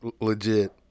legit